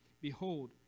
Behold